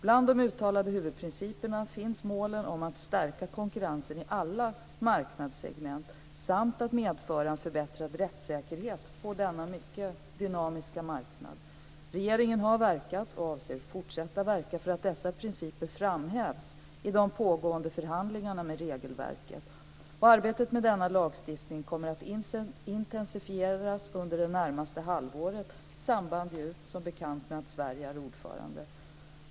Bland de uttalade huvudprinciperna finns målen att stärka konkurrensen i alla marknadssegment samt att medföra en förbättrad rättssäkerhet på denna mycket dynamiska marknad. Regeringen har verkat och avser att fortsätta verka för att dessa principer framhävs i de pågående förhandlingarna med regelverken. Arbetet med denna lagstiftning kommer att intensifieras under det närmaste halvåret i samband med att Sverige är EU:s ordförande.